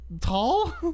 tall